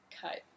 cut